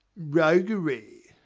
roguery!